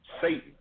Satan